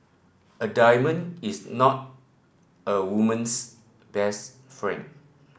a diamond is not a woman's best friend